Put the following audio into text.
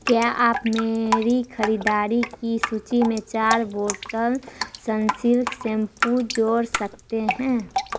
क्या आप मेरी ख़रीदारी की सूचि में चार बॉटल सनसिल्क शैम्पू जोड़ सकते हैं